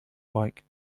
bike